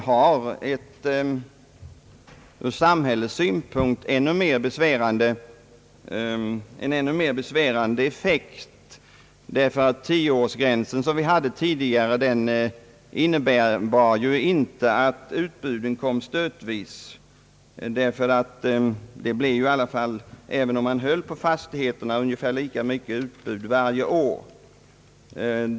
Jag tror att den tröskeleffekt man här får är ännu mer besvärande ur samhällets synpunkt. Tioårsgränsen, som vi hade tidigare, innebar inte att utbuden kom stötvis. även om man höll på fastigheterna blev det ungefär lika mycket utbud varje år.